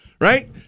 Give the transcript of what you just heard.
Right